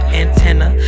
antenna